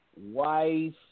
wife